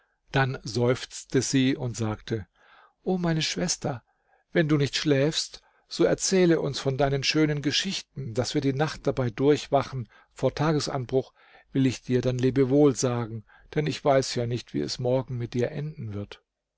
dann seufzte sie und sagte o meine schwester wenn du nicht schläfst so erzähle uns von deinen schönen geschichten daß wir die nacht dabei durchwachen vor tagesanbruch will ich dir dann lebewohl sagen denn ich weiß ja nicht wie es morgen mit dir enden wird